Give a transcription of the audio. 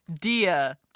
Dia